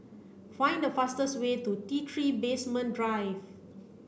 find the fastest way to T three Basement Drive